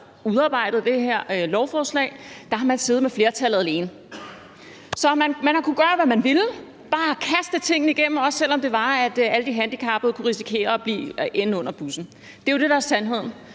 udarbejdede det her lovforslag, sad med flertallet alene. Så man har kunnet gøre, hvad man ville, bare haste tingene igennem, også selv om alle de handicappede kunne risikere at ende under bussen. Det er jo det, der er sandheden.